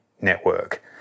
network